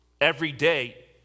everyday